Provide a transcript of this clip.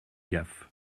gaffe